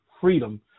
freedom